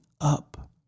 up